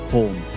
Home